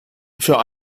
für